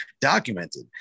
documented